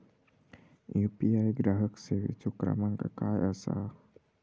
UPI ग्राहक सेवेचो क्रमांक काय असा?